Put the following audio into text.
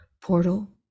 portal